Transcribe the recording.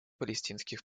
палестинских